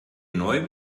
neu